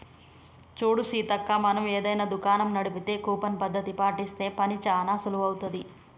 చూడు సీతక్క మనం ఏదైనా దుకాణం నడిపితే కూపన్ పద్ధతి పాటిస్తే పని చానా సులువవుతుంది